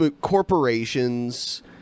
corporations